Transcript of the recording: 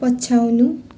पछ्याउनु